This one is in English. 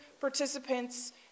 participants